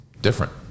different